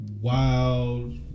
wild